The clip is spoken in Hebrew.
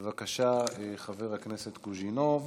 בבקשה, חבר הכנסת קוז'ינוב.